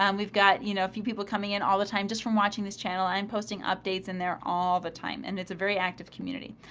um we've got you know, a few people coming in all the time just from watching this channel. i'm posting updates in there all the time. and it's a very active community.